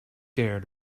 dare